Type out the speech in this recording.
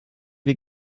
wir